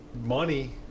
money